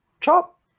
Chop